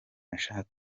nashakaga